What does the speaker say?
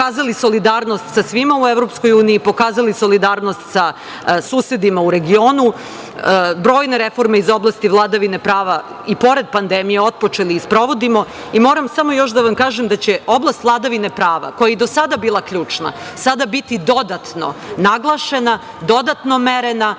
da će oblast vladavine prava koji je o do sada bio ključni sada biti dodatno naglašen, dodatno merena